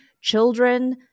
children